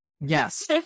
yes